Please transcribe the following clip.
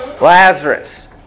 Lazarus